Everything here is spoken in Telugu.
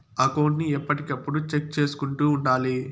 అకౌంట్ ను ఎప్పటికప్పుడు చెక్ చేసుకుంటూ ఉండాలి